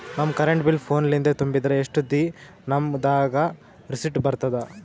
ನಮ್ current bill ಫೋನ ಲಿಂದೇ ತುಂಬಿದ್ರ, ಎಷ್ಟ ದಿ ನಮ್ ದಾಗ ರಿಸಿಟ ಬರತದ?